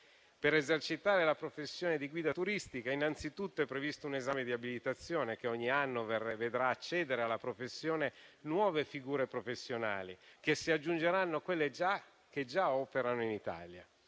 Per esercitare la professione di guida turistica innanzitutto è previsto un esame di abilitazione, che ogni anno vedrà accedere alla professione nuove figure professionali che si aggiungeranno a quelle che già operano in Italia.